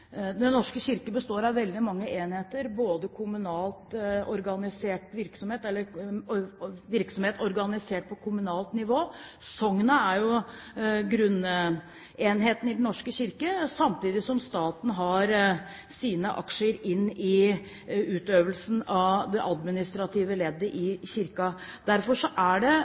Den norske kirke består av veldig mange enheter, virksomheter organisert på kommunalt nivå. Sognet er jo grunnenheten i Den norske kirke, samtidig som staten har sine aksjer i utøvelsen av det administrative leddet i Kirken. Derfor er det